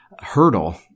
hurdle